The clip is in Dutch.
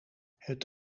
het